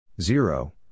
zero